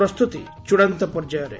ପ୍ରସ୍ତୁତି ଚୂଡାନ୍ତ ପର୍ଯ୍ୟାୟରେ